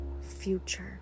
future